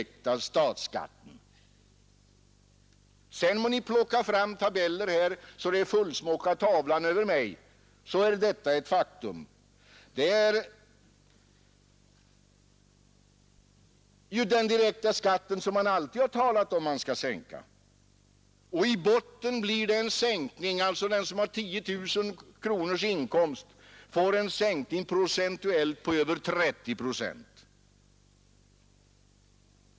Jag skall därför nu tillåta mig att något beröra detta.